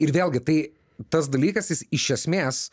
ir vėlgi tai tas dalykas jis iš esmės